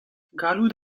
gallout